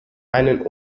einen